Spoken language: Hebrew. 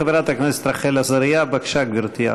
חברת הכנסת רחל עזריה, בבקשה, גברתי.